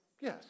Yes